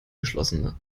geschlossene